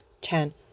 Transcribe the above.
Chan